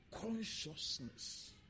consciousness